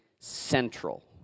central